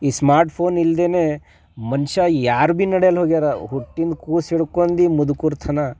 ಈ smart phone ಇಲ್ದೆಯೇ ಮನುಷ್ಯ ಯಾರು ಭೀ ನಡೆಯಲ್ಲ ಹೋಗ್ಯಾರ ಹುಟ್ಟಿದ ಕೂಸು ಹಿಡ್ಕೊಂಡು ಮುದುಕರ ತನ